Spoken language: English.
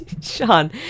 Sean